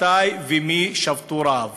מתי ומי היו שובתי הרעב